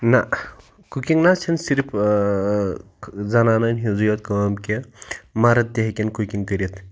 نَہ کُکِنٛگ نَہ حظ چھَنہٕ صِرف ٲں زَنانَن ہنٛزٕے یوٗت کٲم کیٚنٛہہ مَرد تہِ ہیٚکیٚن کُکِنٛگ کٔرِتھ